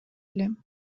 элем